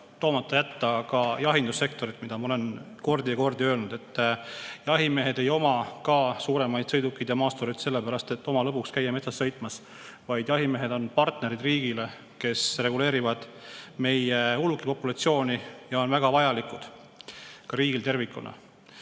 toomata ka jahindussektorit. Ma olen kordi ja kordi öelnud, et jahimehed ei oma suuremaid sõidukeid ja maastureid sellepärast, et käia oma lõbuks metsas sõitmas, vaid jahimehed on riigi partnerid, kes reguleerivad meie ulukipopulatsiooni ja on väga vajalikud riigile tervikuna.